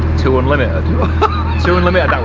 two unlimited two unlimited,